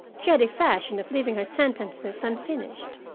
she had a fashion of leaving her sentences unfinished.